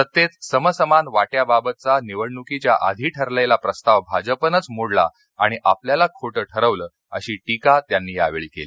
सत्तेत समसमान वाट्याबाबतचा निवडणुकीच्या आधी ठरलेला प्रस्ताव भाजपनंच मोडला आणि आपल्याला खोटं ठरवलं अशी टीका त्यांनी यावेळी केली